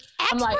expert